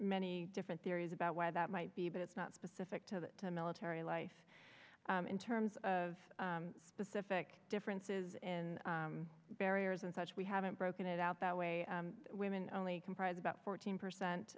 many different theories about why that might be but it's not specific to the military life in terms of specific differences in barriers and such we haven't broken it out that way women only comprise about fourteen percent